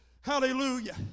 Hallelujah